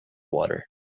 water